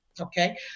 okay